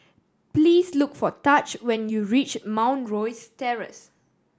please look for Taj when you reach Mount Rosie Terrace